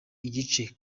igice